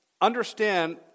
understand